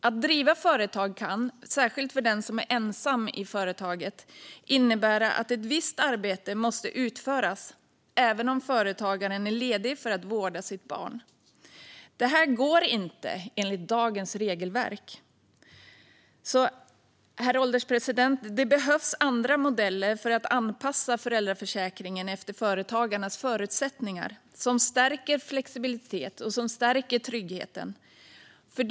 Att driva företag kan, särskilt för den som är ensam i företaget, innebära att ett visst arbete måste utföras även om företagaren är ledig för att vårda sitt barn. Detta går inte enligt dagens regelverk. Herr ålderspresident! Det behövs andra modeller, som stärker flexibiliteten och tryggheten, för att anpassa föräldraförsäkringen efter företagarnas förutsättningar.